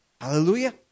Hallelujah